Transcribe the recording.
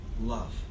Love